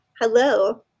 Hello